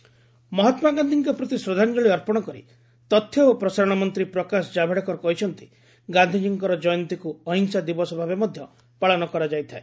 Gandhi tributes ମହାତ୍ମାଗାନ୍ଧିଙ୍କ ପ୍ରତି ଶ୍ରଦ୍ଧାଞ୍ଜଳି ଅର୍ପଣ କରି ତଥ୍ୟ ଓ ପ୍ରସାରଣ ମନ୍ତ୍ରୀ ପ୍ରକାଶ ଜାବ୍ଡେକର କହିଛନ୍ତି ଗାନ୍ଧିଜୀଙ୍କର ଜୟନ୍ତୀକୁ ଅହିଂସା ଦିବସ ଭାବେ ମଧ୍ୟ ପାଳନ କରାଯାଇଥାଏ